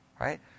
Right